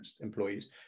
employees